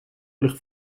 ligt